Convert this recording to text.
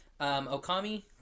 Okami